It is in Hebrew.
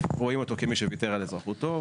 רואים אותו כמי שוויתר על אזרחותו,